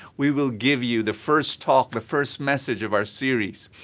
we will give you the first talk, the first message of our series.